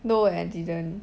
no I didn't